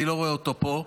אני לא רואה אותו פה,